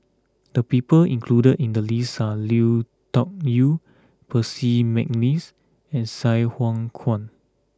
the people included in the list are Lui Tuck Yew Percy McNeice and Sai Hua Kuan